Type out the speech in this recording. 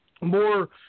more